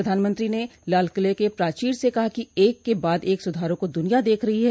प्रधानमंत्री ने लालकिले के प्रचीर से कहा कि एक के बाद एक सुधारों को दुनिया देख रही है